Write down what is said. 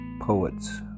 Poets